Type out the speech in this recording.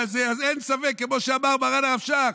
אז אין ספק, כמו שאמר מרן הרב שך,